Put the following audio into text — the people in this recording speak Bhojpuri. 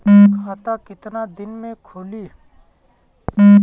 खाता कितना दिन में खुलि?